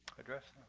address